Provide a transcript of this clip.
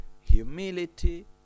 humility